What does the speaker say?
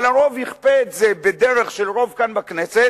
אבל הרוב יכפה את זה בדרך של רוב כאן בכנסת,